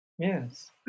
Yes